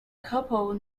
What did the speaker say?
couple